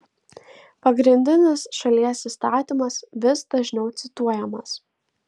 pagrindinis šalies įstatymas vis dažniau cituojamas